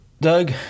Doug